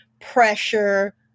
pressure